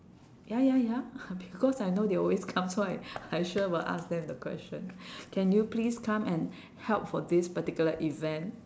ya ya ya because I know they will always come so I I sure will ask them the question can you please come and help for this particular event